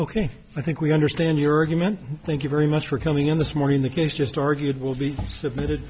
ok i think we understand your argument thank you very much for coming in this morning the case just argued will be submitted